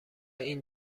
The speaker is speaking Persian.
این